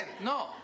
No